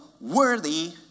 worthy